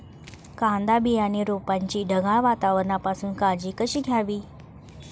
कांदा बियाणे रोपाची ढगाळ वातावरणापासून काळजी कशी घ्यावी?